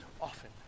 often